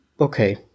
Okay